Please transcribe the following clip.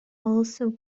also